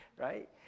right